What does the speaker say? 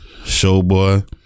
Showboy